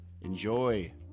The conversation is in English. Enjoy